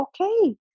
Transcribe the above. okay